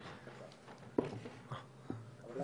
קודם.